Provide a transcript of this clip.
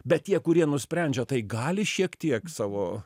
bet tie kurie nusprendžia tai gali šiek tiek savo